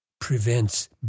prevents